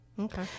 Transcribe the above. okay